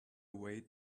away